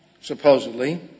supposedly